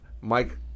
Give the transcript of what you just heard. Mike